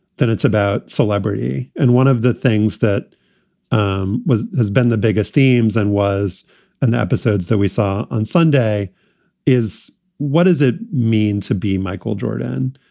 then it's about celebrity and one of the things that um has been the biggest themes and was and the episodes that we saw on sunday is what does it mean to be michael jordan?